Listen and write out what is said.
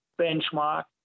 benchmark